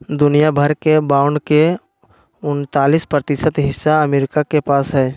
दुनिया भर के बांड के उन्तालीस प्रतिशत हिस्सा अमरीका के पास हई